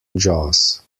jaws